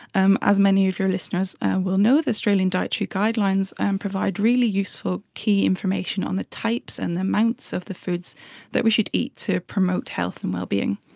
um as many of your listeners will know, the australian dietary guidelines um provide really useful key information on the types and the amounts of the foods that we should eat to promote health and well-being.